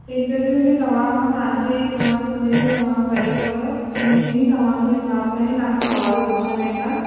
interview में तव्हांखां तव्हांजे ज जंहिंमें तव्हां कयो अथव उनमें ई तव्हांजे हिसाब सां ई तव्हां खां सवाल पुछिया वेंदा